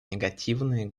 негативные